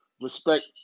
respect